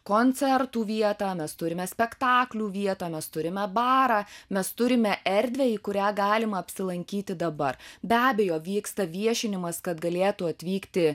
koncertų vietą mes turime spektaklių vietą mes turime barą mes turime erdvę į kurią galima apsilankyti dabar be abejo vyksta viešinimas kad galėtų atvykti